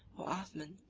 or athman,